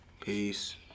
Peace